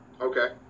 Okay